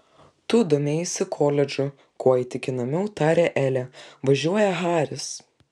tu domėjaisi koledžu kuo įtikinamiau tarė elė važiuoja haris